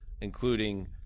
including